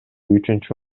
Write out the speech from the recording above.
үчүнчү